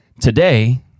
Today